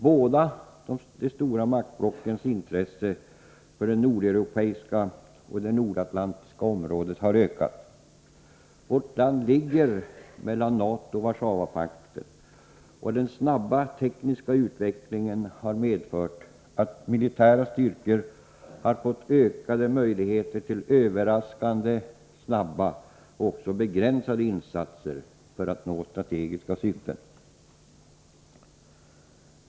Båda de stora maktblockens intressen för det nordeuropeiska och nordatlantiska området har ökat. Vårt land ligger mellan NATO och Warszawapakten, och den snabba tekniska utvecklingen har medfört att militära styrkor har fått ökade möjligheter till överraskande, snabba och begränsade insatser för att nå strategiska syften.